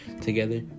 together